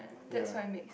ya